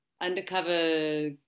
undercover